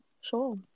sure